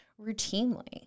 routinely